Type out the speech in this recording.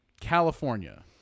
California